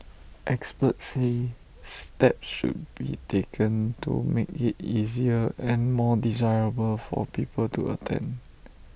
experts say steps should be taken to make IT easier and more desirable for people to attend